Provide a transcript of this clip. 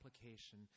application